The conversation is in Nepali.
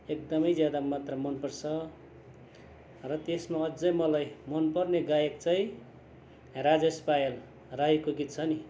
एकदमै ज्यादा मात्र मन पर्छ र त्यसमा अझ मलाई मन पर्ने गायक चाहिँ राजेस पायल राईको गीत छ नि